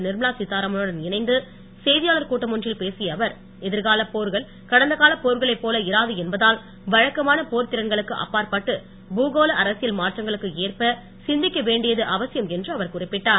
நிர்மலா சீத்தாராமனுடன் இணைந்து செய்தியாளர் கூட்டம் ஒன்றில் பேசிய அவர் எதிர்காலப் போர்கள் கடந்தகால போர்களைப் போல இராது என்பதால் வழக்கமான போர்த் திறன்களுக்கு அப்பாற்பட்டு பூகோள அரசியல் மாற்றங்களுக்கு ஏற்ப சிந்திக்க வேண்டியது அவசியம் என்று அவர் குறிப்பிட்டார்